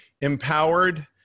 Empowered